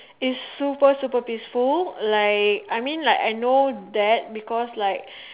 it's super super peaceful like I mean like I know that because like